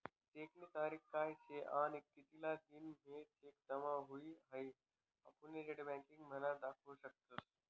चेकनी तारीख काय शे आणि कितला दिन म्हां चेक जमा हुई हाई आपुन नेटबँकिंग म्हा देखु शकतस